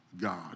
God